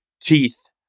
teeth